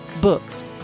books